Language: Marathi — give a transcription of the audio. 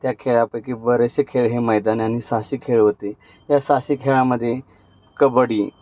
त्या खेळापैकी बरेचसे खेळ हे मैदानी आणि सहसिक खेळ होते या सहासिक खेळामध्ये कबड्डी